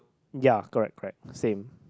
ya correct correct same